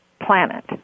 planet